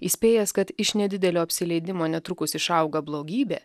įspėjęs kad iš nedidelio apsileidimo netrukus išauga blogybė